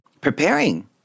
preparing